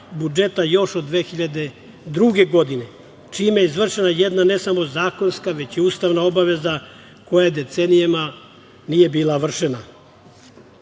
budžeta još od 2002. godine, čime je izvršena jedna ne samo zakonska, već i ustavna obaveza koja decenijama nije bila vršena. Dobro